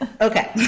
Okay